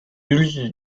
use